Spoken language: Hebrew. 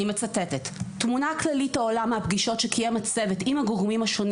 אני מצטטת: "תמונה כללית העולה מהפגישות שקיים הצוות עם הגומרים השונים